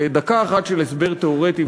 לדקה אחת של הסבר תיאורטי,